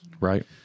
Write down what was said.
Right